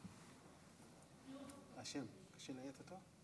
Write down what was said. עשיתי טוב?